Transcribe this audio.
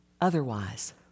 otherwise